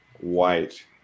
White